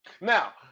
Now